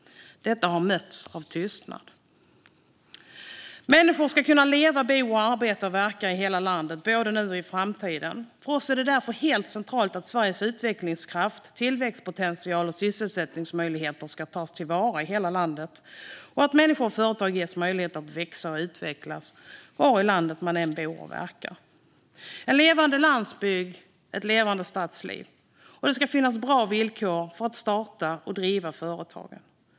Dessa har mötts av tystnad. Människor ska kunna leva, bo, arbeta och verka i hela landet både nu och i framtiden. För oss är det därför helt centralt att Sveriges utvecklingskraft, tillväxtpotential och sysselsättningsmöjligheter ska tas till vara i hela landet och att människor och företag ges möjlighet att växa och utvecklas, var i landet de än bor och verkar. Det ska finnas en levande landsbygd och ett levande stadsliv, och det ska finnas bra villkor för att starta och driva företag.